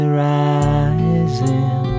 rising